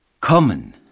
Common